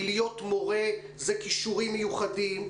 כי להיות מורה זה כישורים מיוחדים.